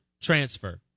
transfer